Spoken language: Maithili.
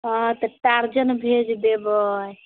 हँ तऽ टार्जन भेज देबै